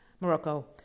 Morocco